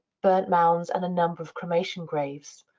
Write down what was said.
burnt mounds, and a number of cremation graves.